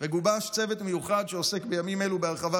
וגובש צוות מיוחד שעוסק בימים אלו בהרחבת